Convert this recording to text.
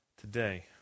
today